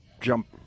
jump